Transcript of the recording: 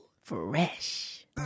Fresh